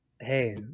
hey